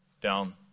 down